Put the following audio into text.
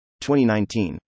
2019